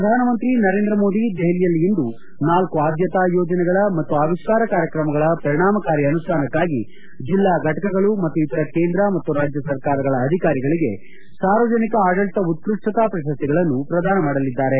ಪ್ರಧಾನಮಂತ್ರಿ ನರೇಂದ್ರ ಮೋದಿ ದೆಹಲಿಯಲ್ಲಿ ಇಂದು ನಾಲ್ಲು ಆದ್ಲತಾ ಯೋಜನೆಗಳ ಮತ್ತು ಆವಿಷ್ಠಾರ ಕಾರ್ಯಕ್ರಮಗಳ ಪರಿಣಾಮಕಾರಿ ಅನುಷ್ಠಾನಕ್ನಾಗಿ ಜೆಲ್ಲಾಘಟಕಗಳು ಮತ್ತು ಇತರ ಕೇಂದ್ರ ಮತ್ತು ರಾಜ್ಜ ಸರ್ಕಾರಗಳ ಅಧಿಕಾರಿಗಳಿಗೆ ಸಾರ್ವಜನಿಕ ಆಡಳಿತ ಉತ್ತಷ್ಠತಾ ಪ್ರಶಸ್ತಿಗಳನ್ನು ಪ್ರದಾನ ಮಾಡಲಿದ್ದಾರೆ